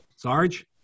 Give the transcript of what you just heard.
Sarge